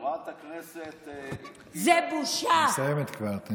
חברת הכנסת עאידה, היא מסיימת כבר.